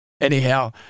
Anyhow